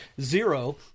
zero